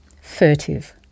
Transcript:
furtive